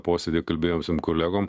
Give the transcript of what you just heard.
posėdy kalbėjusiom kolegom